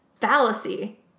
fallacy